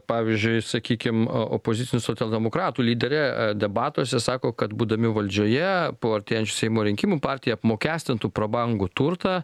pavyzdžiui sakykim opozicinių socialdemokratų lyderė debatuose sako kad būdami valdžioje po artėjančių seimo rinkimų partija apmokestintų prabangų turtą